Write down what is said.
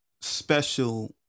special